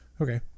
okay